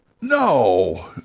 no